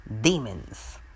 Demons